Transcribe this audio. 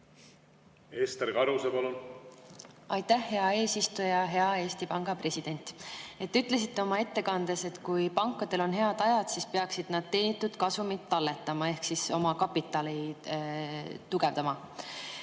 mõistlikke võimalusi? Aitäh, hea eesistuja! Hea Eesti Panga president! Te ütlesite oma ettekandes, et kui pankadel on head ajad, siis peaksid nad teenitud kasumit talletama ehk oma kapitali tugevdama.